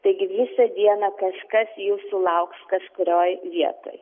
taigi visą dieną kažkas jūsų lauks kažkurioj vietoj